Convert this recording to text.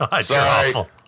sorry